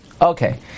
Okay